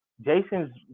Jason's